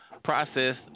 Process